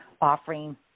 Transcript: offering